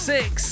Six